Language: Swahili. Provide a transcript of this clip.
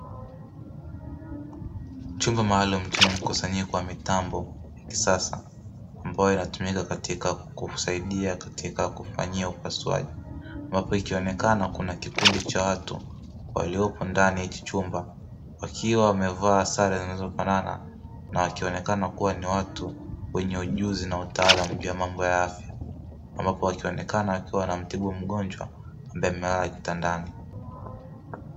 Chumba maalumu chenye mkusanyiko wa mitambo ya kisasa ambayo inatumika katika kukisaidia katika kufanyia upasuaji, ambapo ikionekana kuna kikundi cha watu waliopo ndani ya hiki chumba wakiwa wamevaa sare zinazofanana na wakionekana kuwa ni watu wenye ujuzi na utaalamu, juu ya mambo ya afya ambapo wakionekana wakiwa wanamtibu mgonjwa ambaye amelala kitandani.